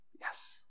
Yes